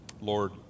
Lord